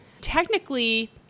Technically